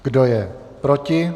Kdo je proti?